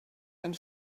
and